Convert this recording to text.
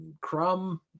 Crumb